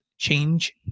change